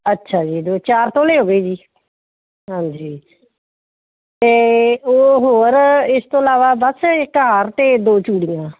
ਅੱਛਾ ਜੀ ਦੋ ਚਾਰ ਤੋਲੇ ਹੋ ਗਏ ਜੀ ਹਾਂਜੀ ਅਤੇ ਉਹ ਹੋਰ ਇਸ ਤੋਂ ਇਲਾਵਾ ਬੱਸ ਇਕ ਹਾਰ ਅਤੇ ਦੋ ਚੂੜੀਆਂ